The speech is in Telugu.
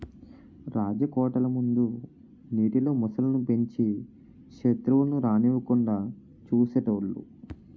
రాజకోటల ముందు నీటిలో మొసళ్ళు ను పెంచి సెత్రువులను రానివ్వకుండా చూసేటోలు